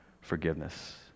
forgiveness